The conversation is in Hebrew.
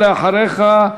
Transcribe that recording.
ואחריך,